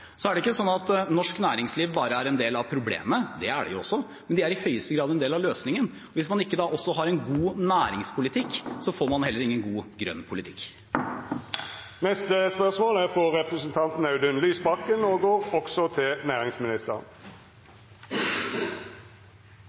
er nødt til å gjøre, er ikke norsk næringsliv bare en del av problemet – det er de også –de er i høyeste grad en del av løsningen. Hvis man ikke har en god næringspolitikk, får man heller ingen god grønn politikk. «Dersom Brasil øker avskogingen, vil det få konsekvenser for verdens klimagassutslipp og